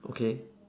okay